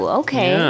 okay